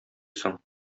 соң